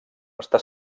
està